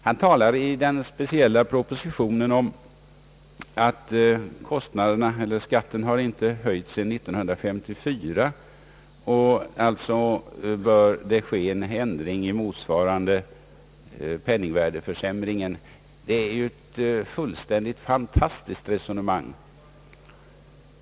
Han talade i den speciella propositionen om att skatten inte har höjts sedan år 1954 och att det alltså bör ske en ändring motsvarande penningvärdeförsämringen. Det är ju ett fantastiskt resonemang.